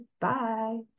Bye